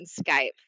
Skype